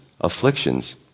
afflictions